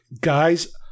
guys